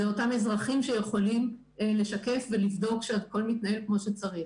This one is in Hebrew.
זה אותם אזרחים שיכולים לשקף ולבדוק שהכול מתנהל כמו שצריך.